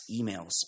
emails